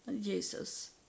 Jesus